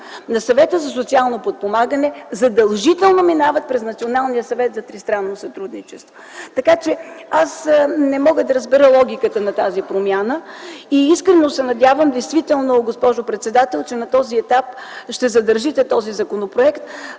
на Съвета за социално подпомагане задължително минават през Националния съвет за тристранно сътрудничество. Така че аз не мога да разбера логиката на тази промяна и искрено се надявам действително, госпожо председател, че на този етап ще задържите този законопроект,